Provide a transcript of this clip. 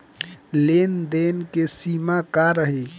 लेन देन के सिमा का रही?